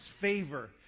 favor